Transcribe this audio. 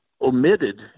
omitted